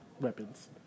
weapons